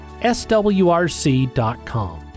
swrc.com